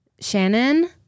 Shannon